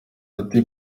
ati